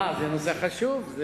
זה נושא חשוב.